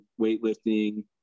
weightlifting